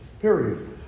Period